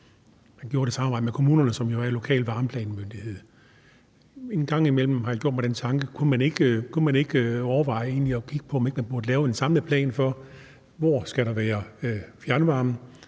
Man gjorde det i samarbejde med kommunerne, som jo er en lokal varmeplanmyndighed. En gang imellem har jeg gjort mig den tanke, om man egentlig ikke kunne overveje at kigge på, om man burde lave en samlet plan for, hvor der skal være fjernvarme,